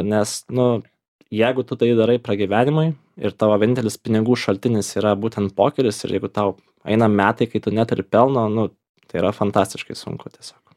nes nu jeigu tu tai darai pragyvenimui ir tavo vienintelis pinigų šaltinis yra būtent pokeris ir jeigu tau eina metai kai tu neturi pelno nu tai yra fantastiškai sunku tiesiog